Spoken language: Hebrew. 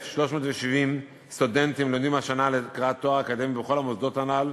306,370 סטודנטים לומדים השנה לקראת תואר אקדמי בכל המוסדות הנ"ל,